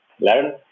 learn